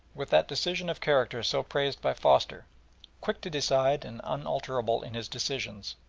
with that decision of character so praised by foster quick to decide and unalterable in his decisions,